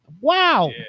Wow